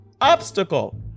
Obstacle